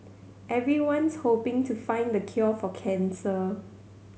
everyone's hoping to find the cure for cancer